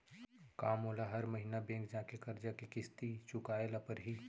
का मोला हर महीना बैंक जाके करजा के किस्ती चुकाए ल परहि?